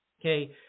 Okay